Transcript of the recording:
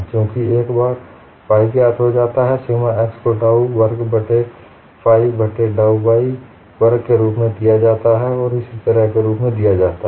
चूँकि एक बार फाइ ज्ञात हो जाता है सिग्मा xको डाउ वर्ग फाइ बट्टे डाउ y वर्ग के रुप में दिया गया है और इसी तरह के रूप में दिया जाता है